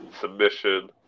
submission